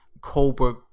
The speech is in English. Cobra